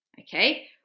okay